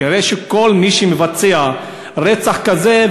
כנראה כל מי שמבצע רצח כזה,